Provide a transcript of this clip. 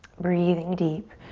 breathing deep,